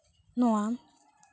ᱱᱚᱣᱟ